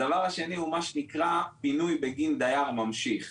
הדבר השני הוא מה שנקרא פינוי בגין דייר ממשיך,